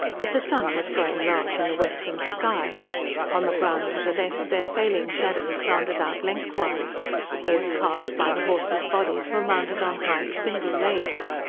but the sun was growing large in the western sky on the ground to the left, their failing shadows slanted out lengthwise those cast by the horses' bodies were mounted on high spindle-legs.